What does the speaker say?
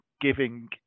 giving